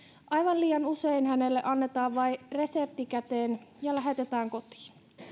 aivan liian usein hänelle vain annetaan resepti käteen ja lähetetään kotiin